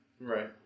Right